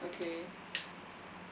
okay